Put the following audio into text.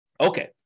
Okay